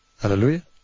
hallelujah